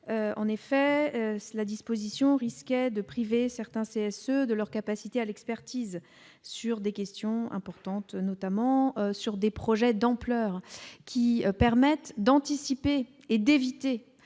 en effet, la disposition risquait de priver certains c'est ceux de leur capacité à l'expertise sur des questions importantes, notamment sur des projets d'ampleur qui permettent d'anticiper et d'éviter